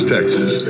Texas